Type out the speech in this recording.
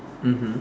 mmhmm